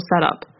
setup